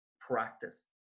practice